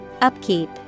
Upkeep